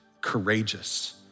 courageous